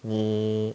你